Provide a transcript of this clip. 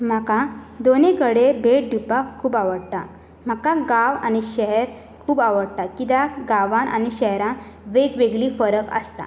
म्हाका दोनूय कडेन भेट दिवपाक खूब आवडटा म्हाका गांव आनी शहर खूब आवडटा कित्याक गांवांत आनी शहरांत वेगवेगळी फरक आसता